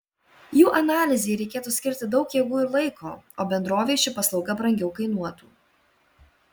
jų analizei reikėtų skirti daug jėgų ir laiko o bendrovei ši paslauga brangiau kainuotų